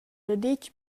daditg